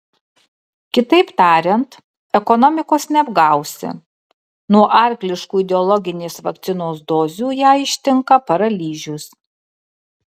kitaip tariant ekonomikos neapgausi nuo arkliškų ideologinės vakcinos dozių ją ištinka paralyžius